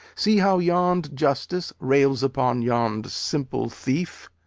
see how yond justice rails upon yond simple thief.